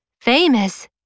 Famous